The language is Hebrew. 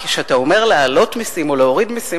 כשאתה אומר להעלות מסים או להוריד מסים,